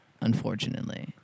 unfortunately